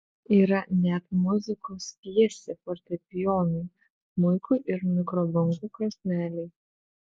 yra net muzikos pjesė fortepijonui smuikui ir mikrobangų krosnelei